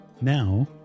Now